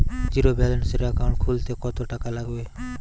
জিরোব্যেলেন্সের একাউন্ট খুলতে কত টাকা লাগবে?